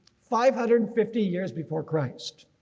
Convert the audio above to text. five hundred and fifty years before christ.